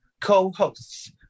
co-hosts